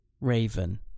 Raven